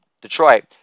Detroit